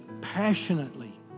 passionately